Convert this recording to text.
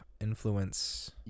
influence